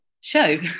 show